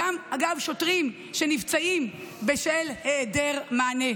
אגב, גם שוטרים נפצעים בשל היעדר מענה.